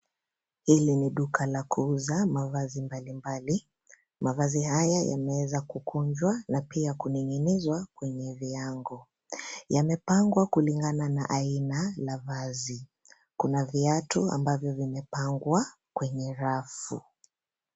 Hili ni duka la kuuza mavazi mbalimbali. Mavazi haya yameweza kukunjwa na pia kuning'inizwa kwenye viango. Yamepangwa kulingana na aina la vazi, kuna viatu ambavyo vimepangwa kwenye rafu.